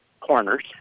corners